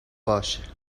باشه